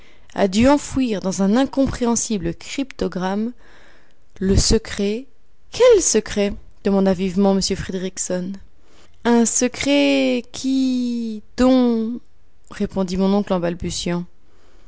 a dû enfouir dans un incompréhensible cryptogramme le secret quel secret demanda vivement m fridriksson un secret qui dont répondit mon oncle en balbutiant